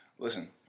Listen